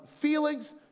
feelings